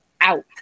out